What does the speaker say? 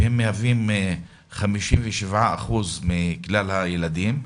שמהווים 57% מכלל הילדים,